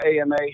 AMA